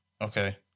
Okay